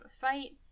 fight